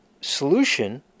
solution